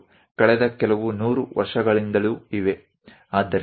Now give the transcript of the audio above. એન્જિનિયરિંગની પ્રેક્ટિસ છેલ્લા કેટલાક સો વર્ષથી છે